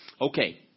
Okay